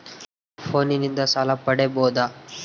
ಫೋನಿನಿಂದ ಸಾಲ ಪಡೇಬೋದ?